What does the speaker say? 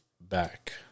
back